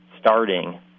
starting